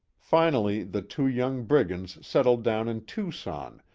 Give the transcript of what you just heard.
finally the two young brigands settled down in tucson,